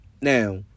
Now